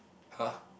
!huh!